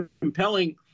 compelling